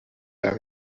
were